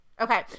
Okay